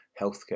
healthcare